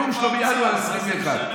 הנאום שלו בינואר 2021. הוא אמר,